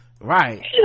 right